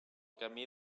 camí